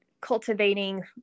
cultivating